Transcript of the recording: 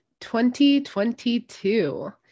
2022